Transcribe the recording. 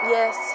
Yes